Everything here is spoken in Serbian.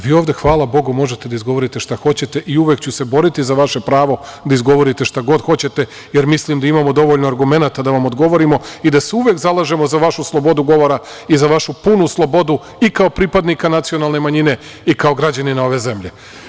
Vi ovde, hvala Bogu, možete da izgovorite šta hoćete i uvek ću se boriti za vaše pravo da izgovorite šta god hoćete, jer mislim da imamo dovoljno argumenata da vam odgovorimo i da se uvek zalažemo za vašu slobodu govora i za vašu punu slobodu, i kao pripadnika nacionalne manjine i kao građanina ove zemlje.